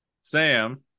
Sam